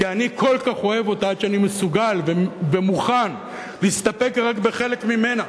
כי אני כל כך אוהב אותה עד שאני מסוגל ומוכן להסתפק רק בחלק ממנה,